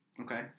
Okay